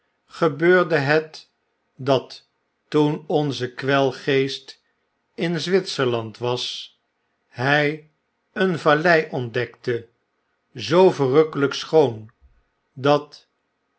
gebeurde het dat toen onze kwelgeest in zwitserland was hy een vallei ontdekte zoo verrukkelyk schoon dat